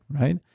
right